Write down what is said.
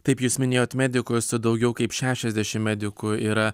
taip jūs minėjot medikus su daugiau kaip šešiasdešimt medikų yra